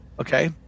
Okay